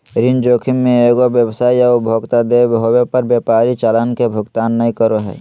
ऋण जोखिम मे एगो व्यवसाय या उपभोक्ता देय होवे पर व्यापारी चालान के भुगतान नय करो हय